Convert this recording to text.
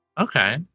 Okay